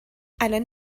الان